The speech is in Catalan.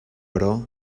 però